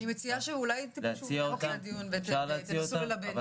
אני מציעה שאולי תיפגשו אחרי הדיון ותנסו ללבן.